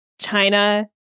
China